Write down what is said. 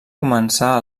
començar